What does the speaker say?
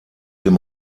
dem